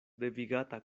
devigata